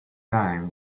time